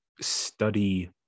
study